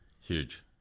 Huge